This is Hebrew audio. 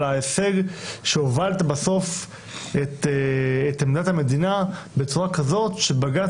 על ההישג שהובלת את עמדת המדינה בצורה כזאת שבג"ץ